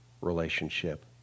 relationship